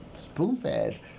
spoon-fed